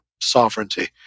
sovereignty